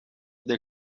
they